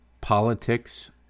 politics